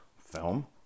film